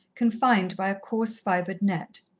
confined by a coarse-fibred net.